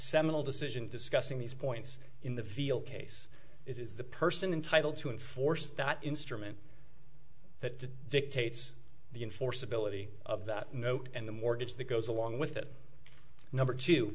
seminal decision discussing these points in the viel case it is the person entitle to enforce that instrument that dictates the enforceability of that note and the mortgage that goes along with it number two